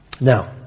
Now